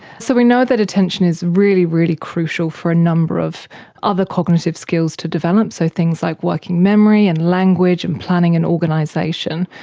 so we know that attention is really, really crucial for a number of other cognitive skills to develop, so things like working memory and language and planning and organisation.